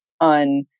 on